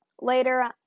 later